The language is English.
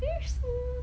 fish soup